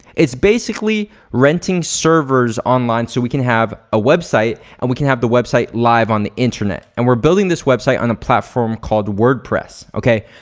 it's basically renting servers online so we can have a website and we can have the website live on the internet and we're building this website on a platform called wordpress, okay?